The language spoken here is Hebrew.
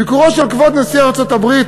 ביקורו של כבוד נשיא ארצות-הברית,